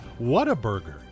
Whataburger